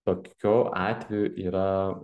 tokiu atveju yra